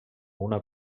una